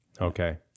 Okay